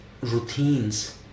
routines